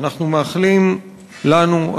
ואנחנו מאחלים לנו,